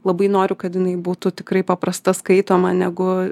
labai noriu kad jinai būtų tikrai paprasta skaitoma negu